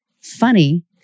Funny